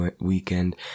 weekend